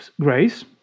grace